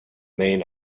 main